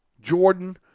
Jordan